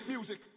Music